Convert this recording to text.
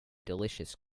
delicious